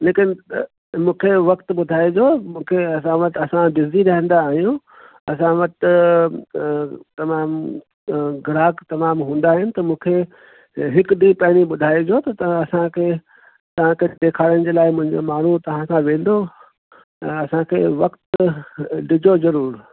लेकिन मूंखे वक़्तु ॿुधाइजो मूंखे असां वटि असां बिज़ी रहिंदा आहियूं असां वटि तमामु ग्राहक तमामु हूंदा आहिनि त मूंखे हिकु ॾींहुं पहिरीं ॿुधाइजो त असांखे तव्हांखे ॾेखारण जे लाइ मुंहिंजो माण्हू तव्हां सां वेंदो ऐं असांखे वक़्तु ॾिजो ज़रूरु